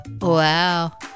Wow